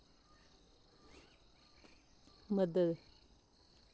मदद